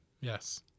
Yes